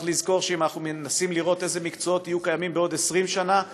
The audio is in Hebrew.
אם אנחנו מנסים לראות אילו מקצועות יהיו קיימים בעוד 20 שנה,